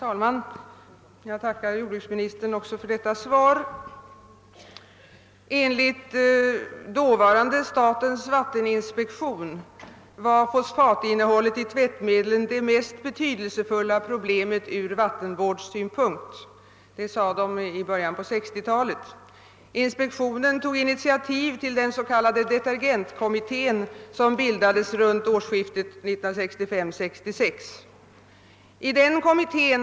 Herr talman! Jag tackar jordbruksministern också för detta svar. Enligt dåvarande statens vatteninspektion var fosfatinnehållet i tvättmedlen det mest betydelsefulla problemet från vattenvårdssynpunkt. Detta uttalande gjordes i början på 1960-talet. Inspektionen tog initiativet till den s.k. detergentkommittén, som bildades kring årsskiftet 1965—1966.